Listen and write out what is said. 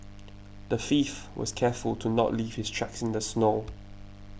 the thief was careful to not leave his tracks in the snow